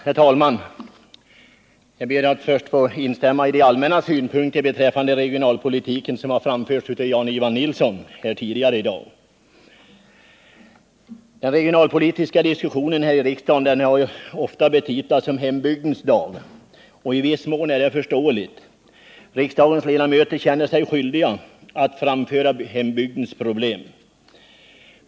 Herr talman! Jag ber först att få instämma i de allmänna synpunkter beträffande regionalpolitiken som har framförts av Jan-Ivan Nilsson tidigare i dag. Den regionalpolitiska debatten här i riksdagen har ofta betitlats Hembygdens dag. I viss mån är det förståeligt att riksdagens ledamöter känner sig skyldiga att framföra hembygdens problem.